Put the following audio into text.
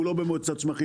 המשמש לא במועצת הצמחים,